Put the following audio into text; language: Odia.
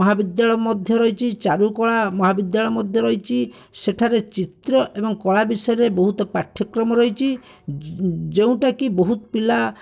ମହାବିଦ୍ୟାଳୟ ମଧ୍ୟ ରହିଛି ଚାରୁକଳା ମହାବିଦ୍ୟାଳୟ ମଧ୍ୟ ରହିଛି ସେଠାରେ ଚିତ୍ର ଏବଂ କଳା ବିଷୟରେ ବହୁତ ପାଠ୍ୟକ୍ରମ ରହିଛି ଯଉଁଟାକି ବହୁତ ପିଲା